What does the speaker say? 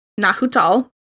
Nahutal